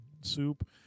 soup